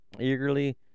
Eagerly